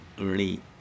early